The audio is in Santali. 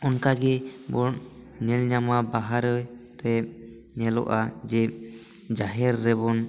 ᱟᱨᱦᱚᱸ ᱚᱱᱠᱟ ᱜᱮᱵᱚᱱ ᱧᱮᱞ ᱧᱟᱢᱟ ᱵᱟᱦᱟ ᱨᱮ ᱧᱮᱞᱚᱜᱼᱟ ᱡᱮ ᱡᱟᱦᱮᱨ ᱨᱮᱵᱚᱱ